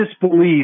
disbelief